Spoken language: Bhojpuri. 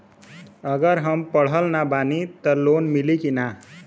अगर हम पढ़ल ना बानी त लोन मिली कि ना?